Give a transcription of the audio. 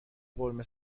قورمه